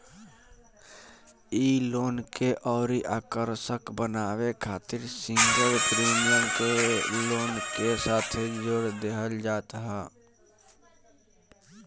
इ लोन के अउरी आकर्षक बनावे खातिर सिंगल प्रीमियम के लोन के साथे जोड़ देहल जात ह